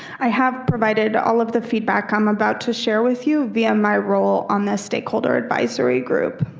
i have provided all of the feedback i'm about to share with you via my role on the stakeholder advisory group,